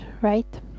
right